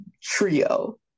trio